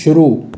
शुरू